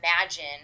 imagine